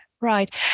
Right